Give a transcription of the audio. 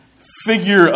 figure